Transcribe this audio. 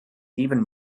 even